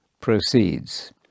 proceeds